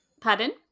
Pardon